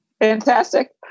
Fantastic